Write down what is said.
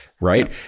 Right